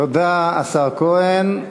תודה לשר כהן.